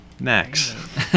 Max